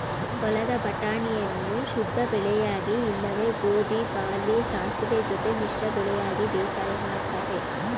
ಹೊಲದ ಬಟಾಣಿಯನ್ನು ಶುದ್ಧಬೆಳೆಯಾಗಿ ಇಲ್ಲವೆ ಗೋಧಿ ಬಾರ್ಲಿ ಸಾಸುವೆ ಜೊತೆ ಮಿಶ್ರ ಬೆಳೆಯಾಗಿ ಬೇಸಾಯ ಮಾಡ್ತರೆ